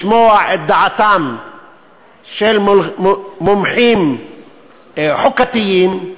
לשמוע את דעתם של מומחים חוקתיים,